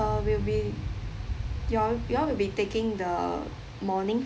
uh will be you all you all will be taking the morning